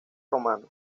romana